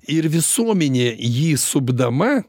ir visuomenė jį supdama